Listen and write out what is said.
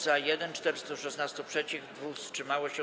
Za - 1, 416 - przeciw, 2 wstrzymało się.